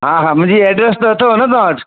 हा हा मुंहिंजी एडरेस त अथव न तव्हां वटि